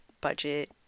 budget